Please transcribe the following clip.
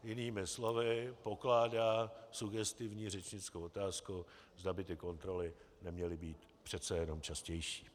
Jinými slovy, pokládá sugestivní řečnickou otázku, zda by kontroly neměly být přece jenom častější.